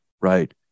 right